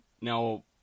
Now